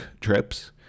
trips